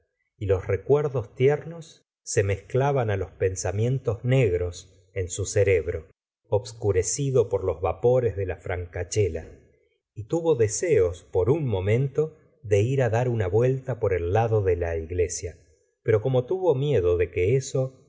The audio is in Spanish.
y los recuerdos tiernos se mezclaban los pensamientos negros en su cerebro obscurecido por los vapores de la francachela y tuvo deseos por un momento de ir dar una vuelta por el lado de la iglesia pero como tuvo miedo de que eso